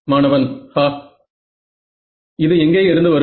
மாணவன் ஹா இது எங்கே இருந்து வரும்